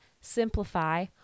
simplify